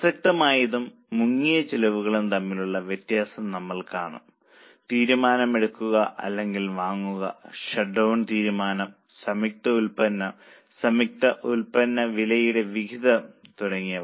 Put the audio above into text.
പ്രസക്തമായതും മുങ്ങിയ ചെലവുകളും തമ്മിലുള്ള വ്യത്യാസം തീരുമാനം എടുക്കുക അല്ലെങ്കിൽ വാങ്ങുക ഷട്ട്ഡൌൺ തീരുമാനം സംയുക്ത ഉൽപ്പന്നം സംയുക്ത ഉൽപ്പന്ന വിലയുടെ വിഹിതം തുടങ്ങിയവ നമ്മൾ കാണും